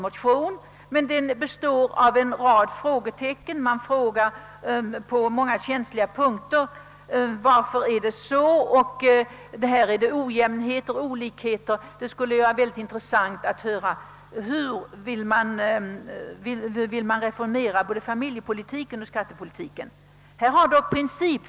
Motionen består av en rad frågetecken. Man frågar på många känsliga punkter varför det är så eller så, och man påpekar att det föreligger ojämnheter och olikheter etc. Det skulle vara intressant att höra, hur man då vill reformera familjepolitiken och skattepolitiken.